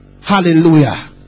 Hallelujah